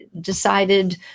decided